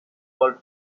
called